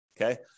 okay